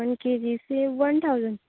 one K G is one thousand